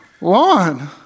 lawn